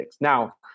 Now